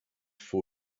foot